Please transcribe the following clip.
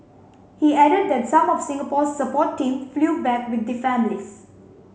he added that some of Singapore's support team flew back with the families